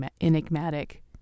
enigmatic